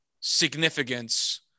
significance